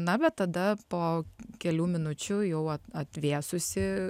na bet tada po kelių minučių jau atvėsusi